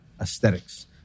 aesthetics